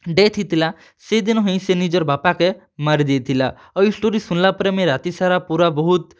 death ହେଇଥିଲା ସେ ଦିନ ହିଁ ସେ ନିଜର୍ ବାପାକେ ମାରିଦେଇଥିଲା ଆଉ ଇ ଷ୍ଟୋରୀ ଶୁନ୍ଲା ପରେ ମୁଇଁ ରାତିସାରା ପୂରା ବହୁତ୍